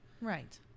Right